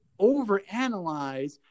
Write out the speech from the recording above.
overanalyze